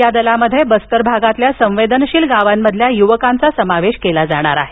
यादलामध्ये बस्तर भागातील संवेदनशील गावांमधील युवकांचा समावेश केला जाणार आहे